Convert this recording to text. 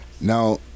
Now